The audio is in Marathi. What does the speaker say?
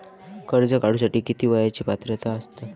कर्ज काढूसाठी किती वयाची पात्रता असता?